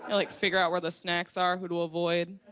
like figure out where the snacks are, who to avoid.